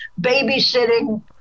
babysitting